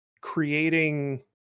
creating